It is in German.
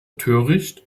töricht